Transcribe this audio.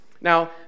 Now